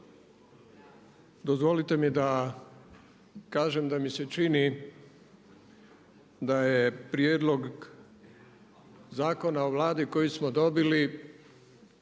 dozvolite mi da kažem da mi se čini da je prijedlog zakona od Vlade koji smo dobili